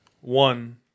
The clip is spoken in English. One